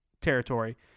territory